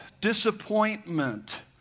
disappointment